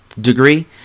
degree